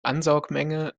ansaugmenge